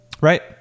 right